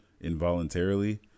involuntarily